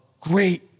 great